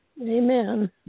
Amen